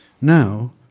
Now